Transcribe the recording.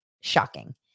shocking